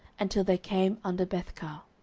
until they came under bethcar.